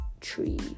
tree